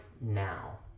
now